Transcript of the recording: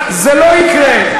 זה לא יקרה.